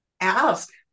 ask